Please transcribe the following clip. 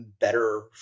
better